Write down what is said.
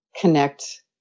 connect